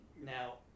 Now